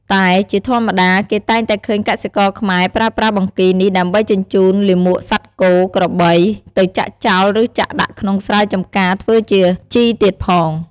តែជាធម្មតា គេតែងតែឃើញកសិករខ្មែរប្រើប្រាស់បង្គីនេះដើម្បីជញ្ចូនលាមកសត្វគោ ក្របី ទៅចាក់ចោល ឬចាក់ដាក់ក្នុងស្រែចម្ការធ្វើជាជីទៀតផង។